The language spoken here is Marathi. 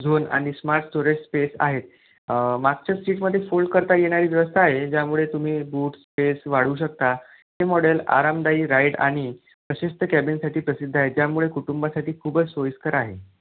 झोन आणि स्माट स्टोरेज स्पेस आहेत मागच्या सीटमध्ये फोल्ड करता येणारी व्यवस्था आहे ज्यामुळे तुम्ही बूट स्पेस वाढवू शकता हे मॉडेल आरामदायी राईड आणि प्रशस्त कॅबिनसाठी प्रसिद्ध आहे ज्यामुळे कुटुंबासाठी खूपच सोयीस्कर आहे